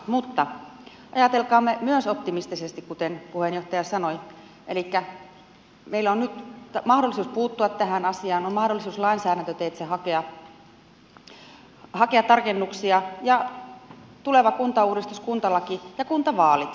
mutta ajatelkaamme myös optimistisesti kuten puheenjohtaja sanoi elikkä meillä on nyt mahdollisuus puuttua tähän asiaan on mahdollisuus lainsäädäntöteitse hakea tarkennuksia ja on tuleva kuntauudistus kuntalaki ja kuntavaalit